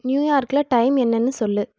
நியூயார்கில் time என்னன்னு சொல்